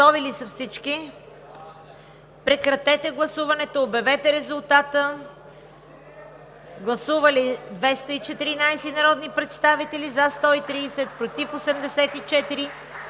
Гласували 214 народни представители: за 130, против 84,